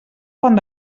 font